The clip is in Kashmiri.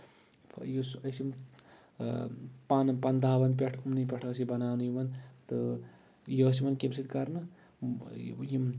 یُس أسۍ یِم پانہٕ پن داون پٮ۪ٹھ أمنٕے پٮ۪ٹھ ٲسۍ یہِ بَناونہٕ یِوان تہٕ یہِ ٲسۍ یِوان کَمہِ سۭتۍ کَرنہٕ یِم